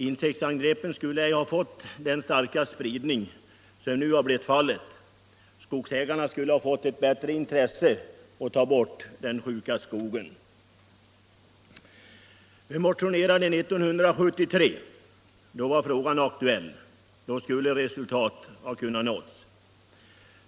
Insektsangreppen skulle då inte ha fått den starka spridning som nu har blivit fallet, och skogsägarna skulle ha blivit mera intresserade av att ta bort den sjuka skogen. Vi motionerade också 1973, då frågan var aktuell. Då skulle man ha kunnat nå resultat.